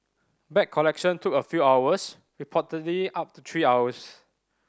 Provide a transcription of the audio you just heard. bag collection took a few hours reportedly up to three hours